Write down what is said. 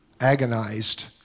agonized